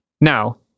Now